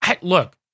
Look